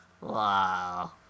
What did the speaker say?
Wow